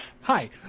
Hi